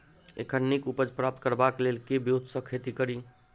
एखन नीक उपज प्राप्त करबाक लेल केँ ब्योंत सऽ खेती कड़ी?